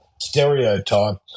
stereotype